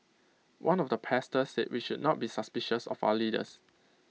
one of the pastors said we should not be suspicious of our leaders